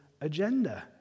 agenda